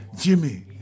Jimmy